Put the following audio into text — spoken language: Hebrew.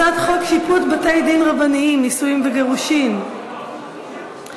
הצעת חוק שיפוט בתי-דין רבניים (נישואין וגירושין) (תיקון,